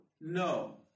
No